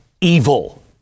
evil